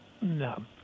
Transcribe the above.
No